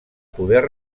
poder